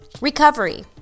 Recovery